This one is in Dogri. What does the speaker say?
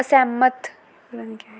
असैह्मत